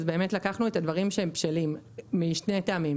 לקחנו את הדברים שהם בשלים משני טעמים.